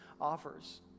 offers